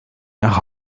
nach